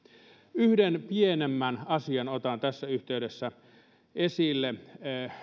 yhden pienemmän asian otan tässä yhteydessä esille